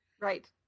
right